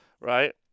right